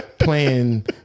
playing